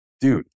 dude